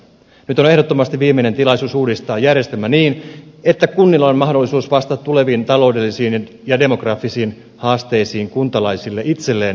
nyt on ehdottomasti viimeinen tilaisuus uudistaa järjestelmä niin että kunnilla on mahdollisuus vastata tuleviin taloudellisiin ja demokraattisiin haasteisiin kuntalaisille itselleen mielekkäällä tavalla